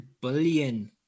billion